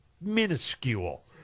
minuscule